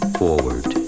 forward